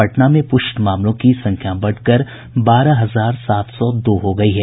पटना में पुष्ट मामलों की संख्या बढ़कर बारह हजार सात सौ दो हो गयी है